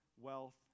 wealth